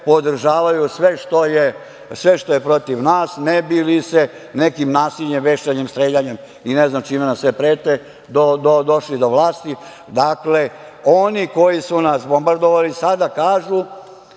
podržavaju sve što je protiv nas, ne bi li nekim nasiljem, vešanjem, streljanjem i ne znam čime nam sve prete došli do vlasti. Dakle, oni koji su nas bombardovali, sada se